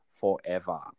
forever